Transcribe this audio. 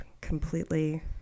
completely